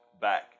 back